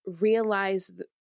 realize